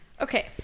Okay